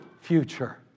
future